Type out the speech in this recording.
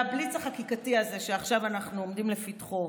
והבליץ החקיקתי הזה שעכשיו אנחנו עומדים לפתחו,